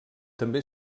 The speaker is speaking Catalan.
també